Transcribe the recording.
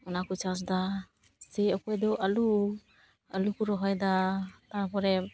ᱚᱱᱟ ᱠᱚ ᱪᱟᱥᱫᱟ ᱥᱮ ᱚᱠᱚᱭ ᱫᱚ ᱟᱹᱞᱩ ᱟᱹᱞᱩ ᱠᱚ ᱨᱚᱦᱚᱭ ᱮᱫᱟ ᱛᱟᱨᱯᱚᱨᱮ